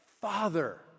father